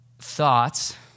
thoughts